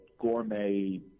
gourmet